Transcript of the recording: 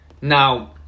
Now